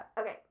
Okay